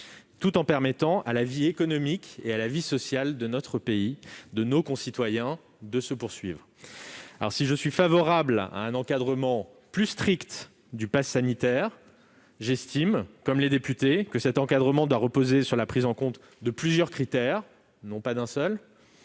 tout en permettant à la vie économique et à la vie sociale de notre pays, de nos concitoyens, de se poursuivre. Si je suis favorable à un encadrement plus strict du passe sanitaire, j'estime, comme les députés, que cet encadrement doit reposer sur la prise en compte de plusieurs critères- et non pas d'un seul